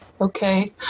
Okay